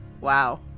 Wow